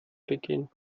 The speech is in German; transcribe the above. begehen